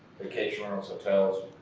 vacation rentals, hotels.